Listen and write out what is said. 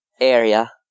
area